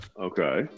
Okay